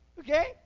okay